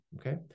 okay